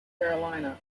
carolina